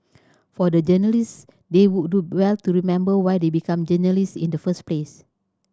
for the journalists they would do well to remember why they become journalists in the first place